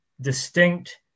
distinct